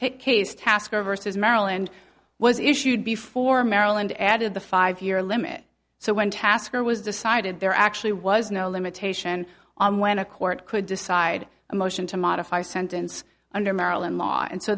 hit case tasker versus maryland was issued before maryland added the five year limit so when tasker was decided there actually was no limitation on when a court could decide a motion to modify sentence under maryland law and so